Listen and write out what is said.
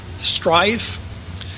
strife